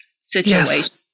situation